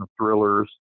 thrillers